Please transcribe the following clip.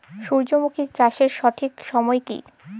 সূর্যমুখী চাষের সঠিক সময় কি?